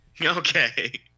Okay